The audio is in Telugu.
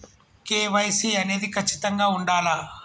కే.వై.సీ అనేది ఖచ్చితంగా ఉండాలా?